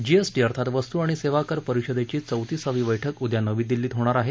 GST अर्थात वस्तू आणि सेवाकर परिषदेची चौतीसावी बैठक उदया नवी दिल्लीत होणार आहे